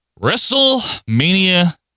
WrestleMania